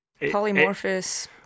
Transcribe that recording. polymorphous